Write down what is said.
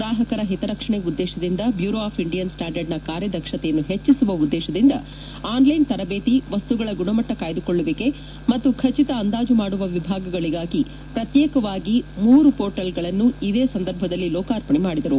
ಗ್ರಾಹಕರ ಹಿತರಕ್ಷಣೆ ಉದ್ದೇಶದಿಂದ ಬ್ಬೂರೊ ಆಫ್ ಇಂಡಿಯನ್ ಸ್ವಾಡಂರ್ಡ್ನ ಕಾರ್ಯದಕ್ಷತೆಯನ್ನು ಹೆಚ್ಚಿಸುವ ಉದ್ಲೇಶದಿಂದ ಆನ್ಲೈನ್ ತರಬೇತಿ ವಸ್ತುಗಳ ಗುಣಮಟ್ಟ ಕಾಯ್ಲುಕೊಳ್ಳುವಿಕೆ ಮತ್ತು ಖಚಿತ ಅಂದಾಜು ಮಾಡುವ ವಿಭಾಗಗಳಿಗಾಗಿ ಪ್ರತ್ಯೇಕವಾಗಿ ಮೂರು ಪೋರ್ಟಲ್ಗಳನ್ನು ಇದೇ ಸಂದರ್ಭದಲ್ಲಿ ಲೋಕಾರ್ಪಣೆ ಮಾಡಿದರು